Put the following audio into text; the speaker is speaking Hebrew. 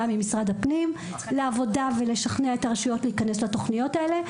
גם עם משרד הפנים לעבודה ולשכנע את הרשויות להיכנס לתוכניות האלה.